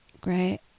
great